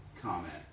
comment